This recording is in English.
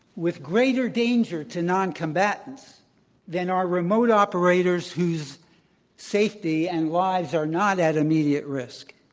with greater danger to noncombatants than are remote operators whose safety and lives are not at immediate risk.